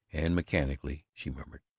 and mechanically she murmured,